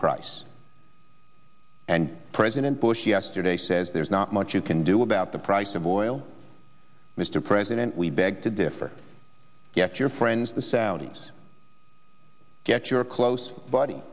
price and president bush yesterday says there's not much you can do about the price of oil mr president we beg to differ get your friends the saudis get your close buddy